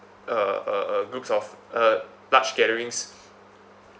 uh a a groups of uh large gatherings